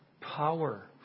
power